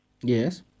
Yes